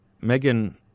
Megan